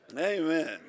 Amen